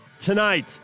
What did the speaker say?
tonight